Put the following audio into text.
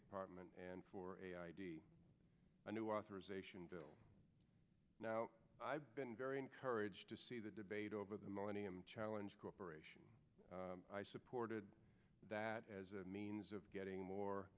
department and for a new authorization bill now i've been very encouraged to see the debate over the millennium challenge corporation i supported that as a means of getting more